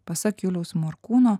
pasak juliaus morkūno